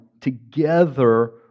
together